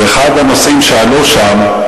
ואחד הנושאים שעלו שם,